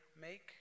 make